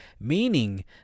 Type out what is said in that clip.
meaning